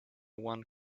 one